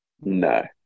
No